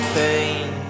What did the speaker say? pain